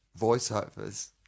voiceovers